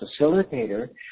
facilitator